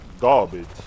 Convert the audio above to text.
garbage